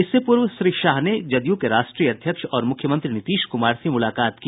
इससे पूर्व श्री शाह ने जदयू के राष्ट्रीय अध्यक्ष और मुख्यमंत्री नीतीश कुमार से मुलाकात की